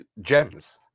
gems